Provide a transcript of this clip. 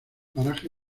paraje